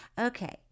Okay